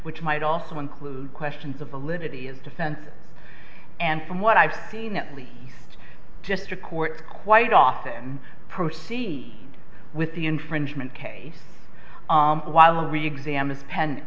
which might also include questions of validity as defense and from what i've seen at least just the courts quite often proceed with the infringement case while reexamined spend